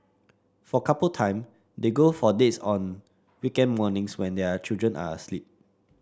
for couple time they go for dates on weekend mornings when their children are asleep